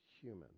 human